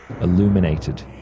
illuminated